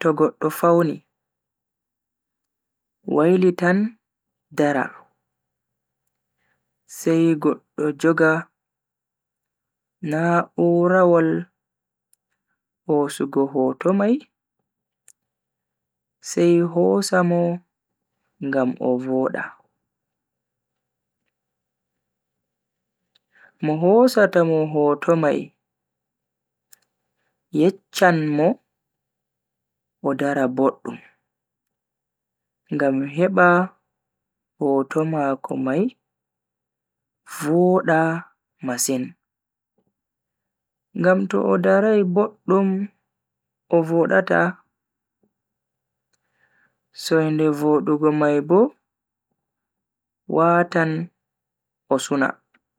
To goddo fauni, wailitan dara sai goddo joga na'urawol hosugo hoto mai sai hosa mo ngam o voda. Mo hosata mo hoto mai, yecchan mo o dara boddum ngam heba hoto mako mai voda masin ngam to o darai boddum o vodata. soinde vodugo mai bo watan o suna.